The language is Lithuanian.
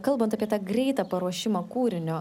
kalbant apie tą greitą paruošimą kūrinio